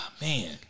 Man